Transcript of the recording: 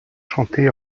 chanté